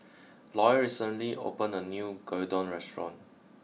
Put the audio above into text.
lawyer recently opened a new Gyudon restaurant